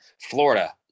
Florida